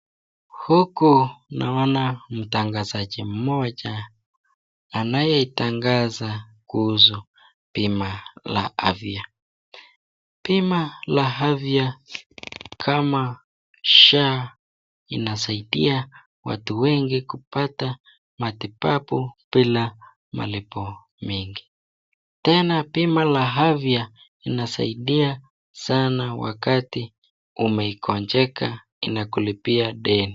Huku naona mtangazaji mmoja anayetangaza kuhusu bima la afya. Bima la afya kama SHA inasaidia watu wengi kupata matibabu bila malipo mengi. Tena bima la afya inasaidia sana wakati umeikonjeka inakulipia deni.